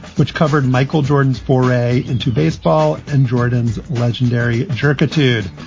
which covered michael jordan's foray into baseball and jordan's legendary gerke itude.